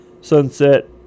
Sunset